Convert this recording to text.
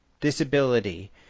disability